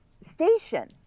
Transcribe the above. station